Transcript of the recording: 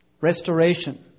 Restoration